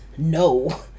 No